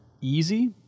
easy